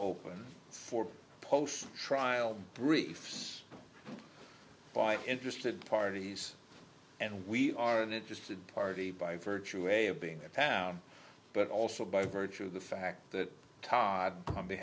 open for post trial briefs by interested parties and we are an interested party by virtue a being a town but also by virtue of the fact that todd